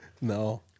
No